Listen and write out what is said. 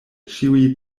ĉiuj